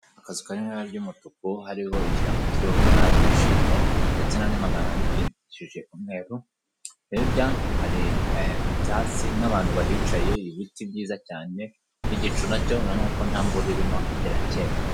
Akazu kari mu ibara ry'umutuku, hariho ikirango kiriho umwari wishimye, ndetse n'andi magambo yandikishije umweru, hirya hari ibyatsi n'abantu bahicaye, ibiti byiza cyane, igicu na cyo urabona ko nta mvura irimo kirakeye.